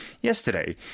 yesterday